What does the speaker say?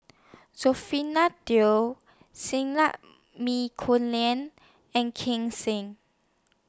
Teo and Ken Sing